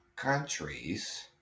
countries